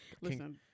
Listen